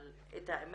אבל את האמת,